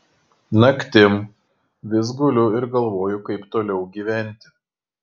naktim vis guliu ir galvoju kaip toliau gyventi